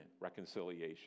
reconciliation